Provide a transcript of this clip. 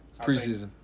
Preseason